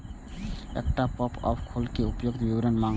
एकटा पॉपअप खुलत जे उपर्युक्त विवरण मांगत